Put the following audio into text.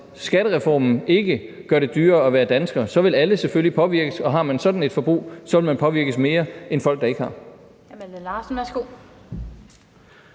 skattereformen ikke gør det dyrere at være dansker, vil alle selvfølgelig påvirkes, og har man sådan et forbrug, vil man påvirkes mere end folk, der ikke har det. Kl.